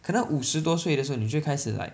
可能五十多岁的时候你就会开始 like